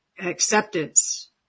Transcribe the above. Acceptance